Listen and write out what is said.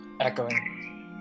Echoing